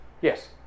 Yes